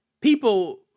People